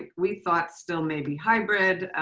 ah we thought still may be hybrid.